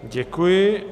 Děkuji.